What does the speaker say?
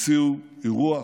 הציעו אירוח,